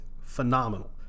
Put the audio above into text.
phenomenal